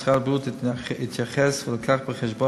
משרד הבריאות התייחס והביא בחשבון